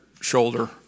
shoulder